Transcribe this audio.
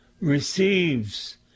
receives